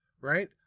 right